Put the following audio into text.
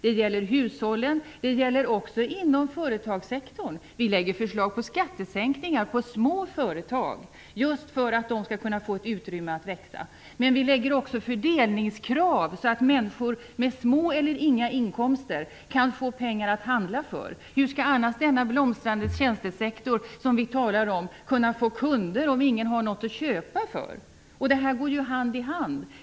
Det gäller hushållen, och det gäller också inom företagssektorn. Vi lägger fram förslag om skattesänkningar på små företag, just för att de skall kunna få ett utrymme att växa. Men vi lägger också fram fördelningskrav, så att människor med små eller inga inkomster kan få pengar att handla för. Hur skall den blomstrande tjänstesektor som vi talar om kunna få kunder om ingen har något att köpa för? Det här går ju hand i hand.